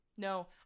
No